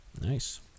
Nice